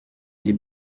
les